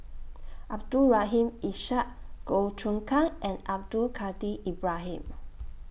Abdul Rahim Ishak Goh Choon Kang and Abdul Kadir Ibrahim